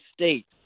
states